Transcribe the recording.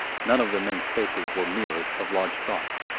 none of the men's faces were mirrors of large thoughts.